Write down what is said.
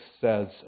says